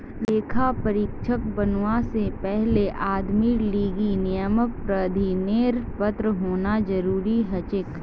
लेखा परीक्षक बनवा से पहले आदमीर लीगी नियामक प्राधिकरनेर पत्र होना जरूरी हछेक